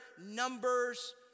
numbers